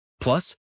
Plus